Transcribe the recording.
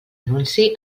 anunci